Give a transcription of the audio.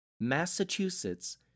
Massachusetts